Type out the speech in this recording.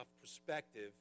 perspective